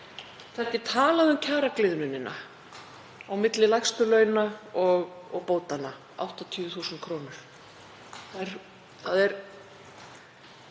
Þá er ekki talað um kjaragliðnunina á milli lægstu launa og bótanna, 80.000 kr. Það er